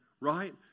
Right